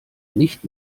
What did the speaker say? nicht